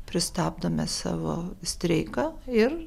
pristabdome savo streiką ir